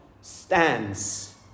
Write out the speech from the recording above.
stands